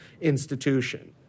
institution